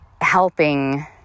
helping